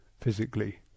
physically